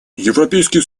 европейский